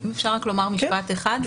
אם אפשר לומר רק משפט אחד,